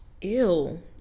Ew